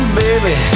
baby